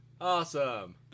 Awesome